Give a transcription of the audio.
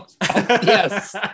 Yes